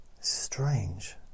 strange